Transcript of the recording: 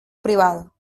privado